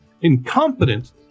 incompetent